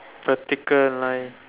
vertical line